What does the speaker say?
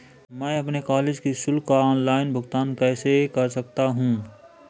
मैं अपने कॉलेज की शुल्क का ऑनलाइन भुगतान कैसे कर सकता हूँ?